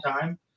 time